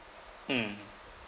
mm